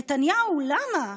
נתניהו: למה?